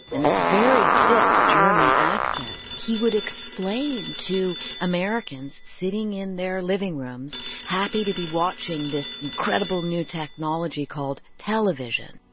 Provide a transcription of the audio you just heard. in this very thick german accent, he would explain to americans sitting in their living rooms, happy to be watching this incredible new technology called television,